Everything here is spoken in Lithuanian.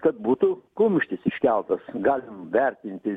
kad būtų kumštis iškeltas galim vertinti